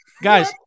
Guys